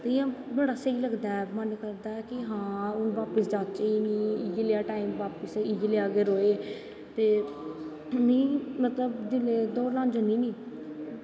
इयां बड़ा स्हेई लगदा ऐ मन करदा ऐ कि हून बापस जाच्चे नी इयैं लेआ गै टाईम रवै में मतलव जिसलै दौड़ लान जन्नी नी